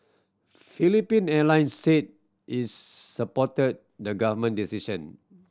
Philippine Airlines said it supported the government decision